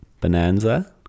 bonanza